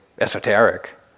esoteric